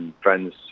friends